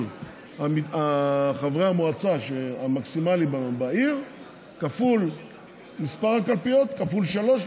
חברי המועצה המקסימלי בעיר כפול מספר הקלפיות כפול שלוש,